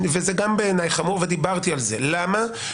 זה גם בעיניי חמור ודיברתי על זה, למה?